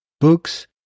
books